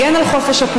כנבחרי ציבור בעצמנו,